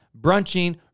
brunching